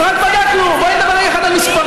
אז רק בדקנו, בואי נדבר רגע אחד על מספרים.